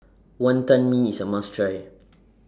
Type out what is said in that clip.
Wantan Mee IS A must Try